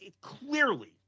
clearly